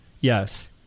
yes